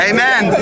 Amen